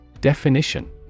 Definition